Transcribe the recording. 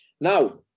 Now